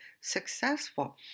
successful